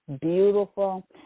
beautiful